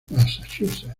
massachusetts